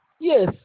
Yes